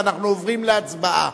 ואנחנו עוברים להצבעה,